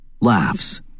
Laughs